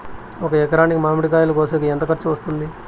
ఒక ఎకరాకి మామిడి కాయలు కోసేకి ఎంత ఖర్చు వస్తుంది?